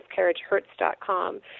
miscarriagehurts.com